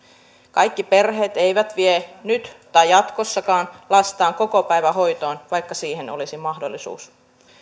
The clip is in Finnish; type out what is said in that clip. kaikki perheet eivät vie nyt tai jatkossakaan lastaan kokopäivähoitoon vaikka siihen olisi mahdollisuus